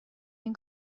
این